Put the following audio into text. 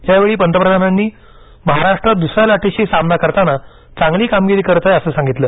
यावेळी पंतप्रधानांनी महाराष्ट्र दु्सऱ्या लाटेशी सामना करताना चांगली कामगिरी करत आहे असं सांगितलं